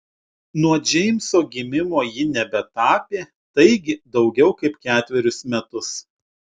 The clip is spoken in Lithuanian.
nuo džeimso gimimo ji nebetapė taigi daugiau kaip ketverius metus